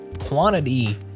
quantity